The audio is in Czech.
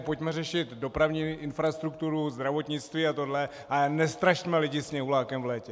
Pojďme řešit dopravní infrastrukturu, zdravotnictví a tohle, ale nestrašme lidi sněhulákem v létě!